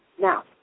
Now